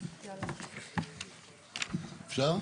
אפשר?